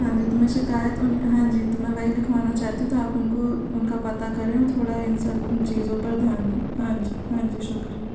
हाँ जी तो मैं शिकायत हाँ जी तो मैं वही लिखवाना चाहती हूँ तो आप उनको उनका पता करें और थोड़ा इन सब चीज़ों पर ध्यान दें हाँ जी हाँ जी शुक्रिया